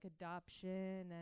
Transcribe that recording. adoption